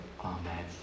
Amen